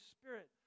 Spirit